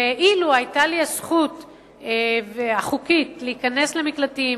אילו היתה לי הזכות החוקית להיכנס למקלטים